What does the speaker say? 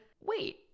wait